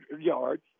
yards